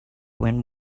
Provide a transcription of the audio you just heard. when